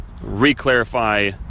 re-clarify